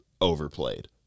overplayed